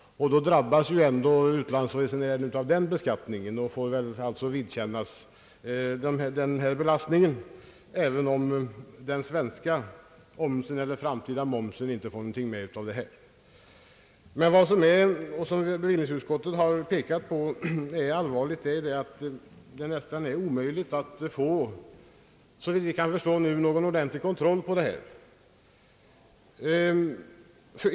Där drabbas utlandsresenären av den beskattningen och får vidkännas belastningen, även om den svenska omsen eller den framtida momsen inte får någonting med i sammanhanget. Men det enligt bevillningsutskottets mening allvarliga är att någon ordentlig kontroll synes vara nästan omöjlig att åstadkomma.